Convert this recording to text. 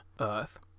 Earth